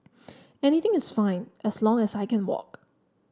anywhere is fine as long as I can walk